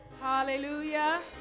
Hallelujah